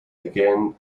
again